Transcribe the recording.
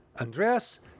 Andreas